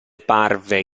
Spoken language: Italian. parve